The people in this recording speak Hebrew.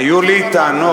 היו לי טענות,